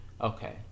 Okay